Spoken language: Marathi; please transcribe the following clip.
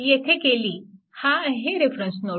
येथे केली हा आहे रेफरन्स नोड